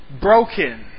broken